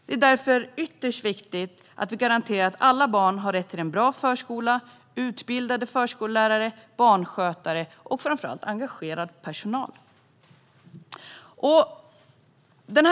Det är därför ytterst viktigt att vi garanterar att alla barn har rätt till en bra förskola, utbildade förskollärare, barnskötare och framför allt engagerad personal. Herr talman!